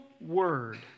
word